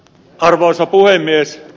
arvoisa puhemies